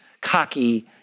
cocky